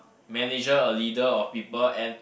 manager a leader of people and